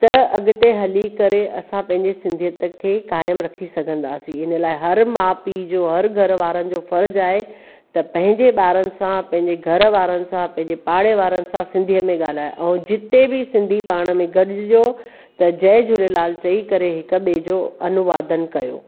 त अॻिते हली करे असां पंहिंजे सिंधियत खे क़ाइमु रखी सघंदासीं हिन लाइ हर माउ पीउ जो हर घरु वारनि जो फ़र्ज़ु आहे त पहिंजे ॿारनि सां पंहिंजे घरु वारनि सां पंहिंजे पाड़ेवारनि सां सिंधीअ में ॻाल्हाए ऐं जिते बि सिंधी पाण में गॾिजो त जय झूलेलाल चयईं करे हिकु ॿिए जो अनुवादन कयो